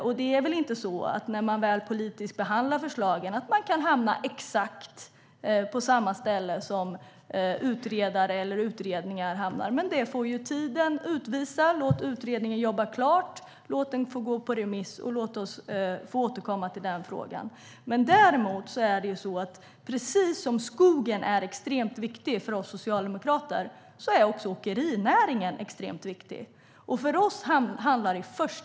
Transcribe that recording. När man väl behandlar förslagen politiskt är det väl inte så att man kan hamna på exakt samma ställe som utredare eller utredningar, men det får tiden utvisa. Låt utredningen jobba klart, låt den få gå på remiss och låt oss få återkomma till den frågan! Däremot är det ju så att precis som skogen är extremt viktig för oss socialdemokrater är också åkerinäringen extremt viktig.